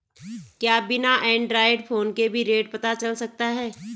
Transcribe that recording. क्या बिना Android phone के भी रेट पता चल सकता है?